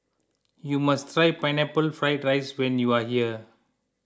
you must try Pineapple Fried Rice when you are here